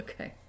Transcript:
Okay